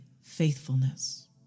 faithfulness